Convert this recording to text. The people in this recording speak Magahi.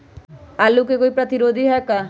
आलू के कोई प्रतिरोधी है का?